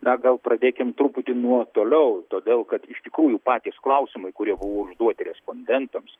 na gal pradėkim truputį nuo toliau todėl kad iš tikrųjų patys klausimai kurie buvo užduoti respondentams